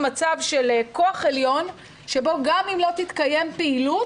כמצב של כוח עליון שבו גם אם לא תתקיים פעילות,